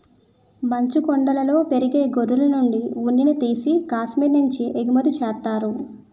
మంచుకొండలలో పెరిగే గొర్రెలనుండి ఉన్నిని తీసి కాశ్మీరు నుంచి ఎగుమతి చేత్తారు